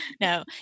No